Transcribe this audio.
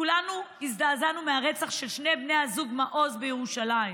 כולנו הזדעזענו מהרצח של שני בני הזוג מעוז בירושלים.